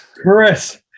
Chris